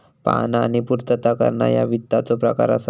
पाहणा आणि पूर्तता करणा ह्या वित्ताचो प्रकार असा